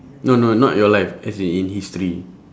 no no not your life as in in history